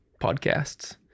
podcasts